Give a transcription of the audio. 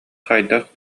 хайдах